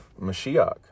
Mashiach